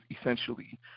essentially